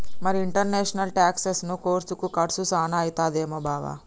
మరి ఇంటర్నేషనల్ టాక్సెసను కోర్సుకి కర్సు సాన అయితదేమో బావా